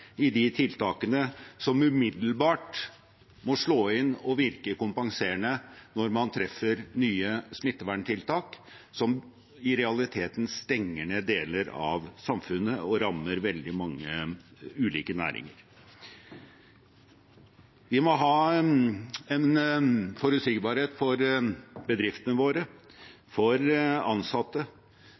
i de tiltakene som umiddelbart må slå inn og virke kompenserende når man treffer nye smitteverntiltak som i realiteten stenger ned deler av samfunnet og rammer veldig mange ulike næringer. Det må være forutsigbarhet for bedriftene våre og de ansatte